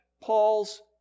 Paul's